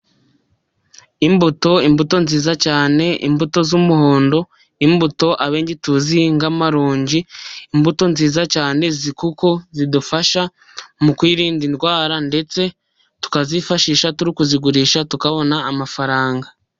imbuto, imbuto nziza cyane, imbuto z'umuhondo, imbuto abenshi tuzi nk'amaronji, imbuto nziza cyane kuko zidufasha mu kwirinda indwara, ndetse tukazifashisha turi kuzigurisha tukabona amafaranga.